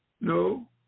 No